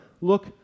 look